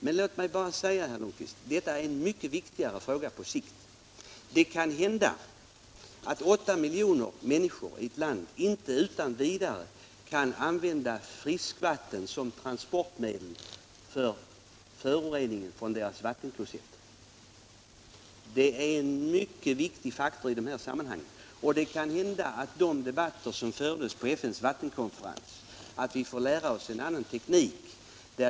Men låt mig bara säga, herr Lundkvist, att detta är en mycket viktigare fråga på sikt: Det kan hända att åtta miljoner människor i ett land inte utan vidare kan använda friskvatten som transportmedel för föroreningen från sina vattenklosetter. Av de debatter som fördes på FN:s vattenkonferens framgår att det är möjligt att vi får lära oss en annan teknik.